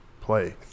play